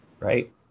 right